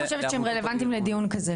אני חושבת שאתם רלוונטיים לדיון הזה,